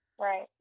Right